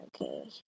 Okay